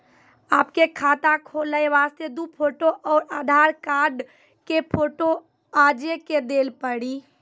आपके खाते खोले वास्ते दु फोटो और आधार कार्ड के फोटो आजे के देल पड़ी?